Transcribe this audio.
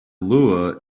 lure